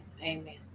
Amen